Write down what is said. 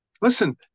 Listen